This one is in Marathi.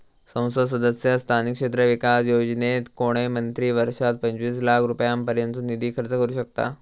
संसद सदस्य स्थानिक क्षेत्र विकास योजनेत कोणय मंत्री वर्षात पंचवीस लाख रुपयांपर्यंतचो निधी खर्च करू शकतां